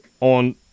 on